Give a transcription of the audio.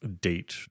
date